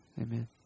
Amen